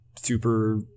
super